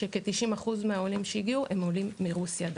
כ-90% מהעולים שהגיעו הם דווקא עולים מרוסיה.